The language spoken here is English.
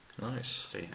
Nice